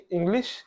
English